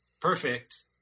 perfect